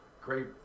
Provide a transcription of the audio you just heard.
great